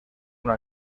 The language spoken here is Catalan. una